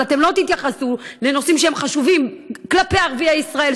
אבל אתם לא תתייחסו לנושאים שהם חשובים כלפי ערביי ישראל,